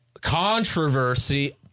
controversy